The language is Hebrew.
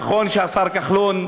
נכון שהשר כחלון,